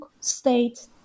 state